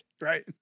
Right